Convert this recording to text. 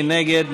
מי נגד?